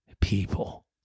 people